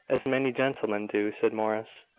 as many gentlemen do, said morris,